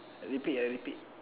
repeat ah repeat